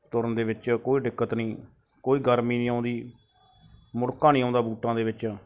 ਤੁਰਨ ਦੇ ਵਿੱਚ ਕੋਈ ਦਿੱਕਤ ਨਹੀਂ ਕੋਈ ਗਰਮੀ ਨਹੀਂ ਆਉਂਦੀ ਮੁੜਕਾਂ ਨਹੀਂ ਆਉਂਦਾ ਬੂਟਾਂ ਦੇ ਵਿੱਚ